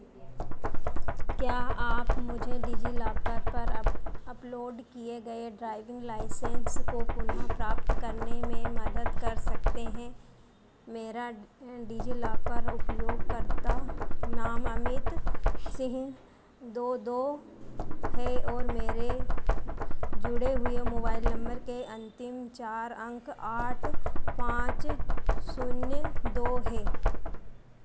क्या आप मुझे डिजिलॉकर पर अप अपलोड किए गए ड्राइविंग लाइसेंस को पुनः प्राप्त करने में मदद कर सकते हैं मेरा डिजिलॉकर उपयोगकर्ता नाम अमित सिंह दो दो है और मेरे जुड़े हुए मोबाइल नंबर के अंतिम चार अंक आठ पाँच शून्य दो है